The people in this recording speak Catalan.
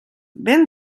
ben